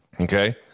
okay